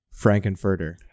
Frankenfurter